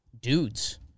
dudes